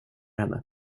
henne